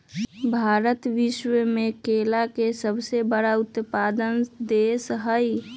भारत विश्व में केला के सबसे बड़ उत्पादक देश हई